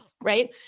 Right